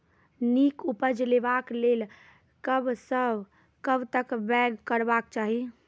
नीक उपज लेवाक लेल कबसअ कब तक बौग करबाक चाही?